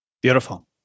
beautiful